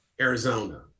Arizona